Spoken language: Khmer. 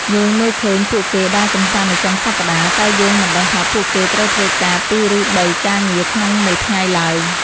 យើងមើលឃើញពួកគេដើរកម្សាន្តនៅចុងសប្តាហ៍ តែយើងមិនដឹងថាពួកគេត្រូវធ្វើការ ២ ឬ ៣ ការងារក្នុងមួយថ្ងៃឡើយ។